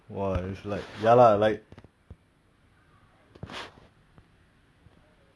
so like wait so are you are you you're not interested in sports or anything ah